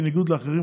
בניגוד לאחרים,